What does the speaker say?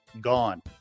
gone